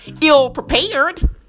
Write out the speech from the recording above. ill-prepared